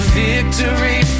victory